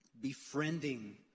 Befriending